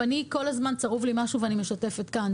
כל הזמן צרוב לי משהו לא מהגליל,